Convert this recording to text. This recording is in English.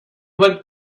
went